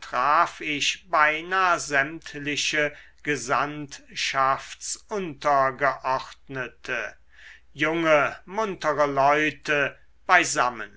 traf ich beinah sämtliche gesandtschaftsuntergeordnete junge muntere leute beisammen